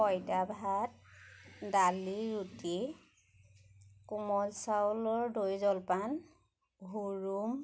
পঁইতা ভাত দালি ৰুটি কোমল চাউলৰ দৈ জলপান হুৰুম